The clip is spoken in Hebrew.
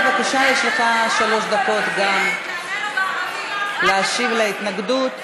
בבקשה, יש לך שלוש דקות להשיב על ההתנגדות.